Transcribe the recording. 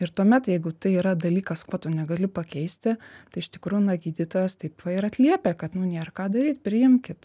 ir tuomet jeigu tai yra dalykas ko tu negali pakeisti tai iš tikrųjų na gydytojas taip va ir atliepia kad nu nėr ką daryt priimkit